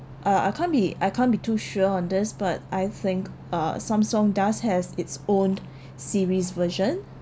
uh I can't be I can't be too sure on this but I think a samsung does has its own siris version